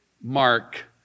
mark